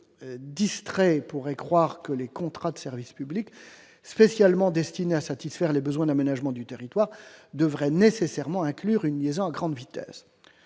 peu distrait pourrait croire que le champ des contrats de service public spécialement destinés à satisfaire les besoins d'aménagement du territoire devrait nécessairement inclure une liaison à grande vitesse.